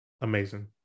Amazing